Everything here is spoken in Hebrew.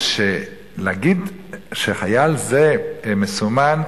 אבל להגיד שחייל זה מסומן,